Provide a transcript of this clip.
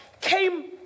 came